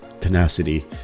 tenacity